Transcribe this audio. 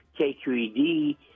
KQED